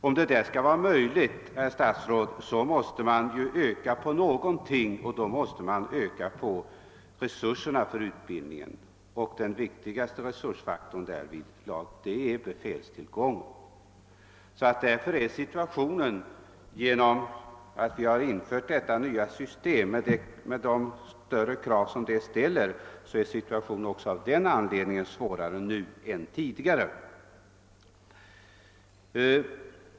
För att detta skall bli möjligt måste man, herr statsråd, öka insatserna på utbildningsområdet, och den viktigaste resursskapande faktorn är därvidlag god tillgång på befäl. Alltså på grund av införandet av det nya utbildningssystemet, som ställer större krav på befälet, är följaktligen situationen nu sämre än tidigare.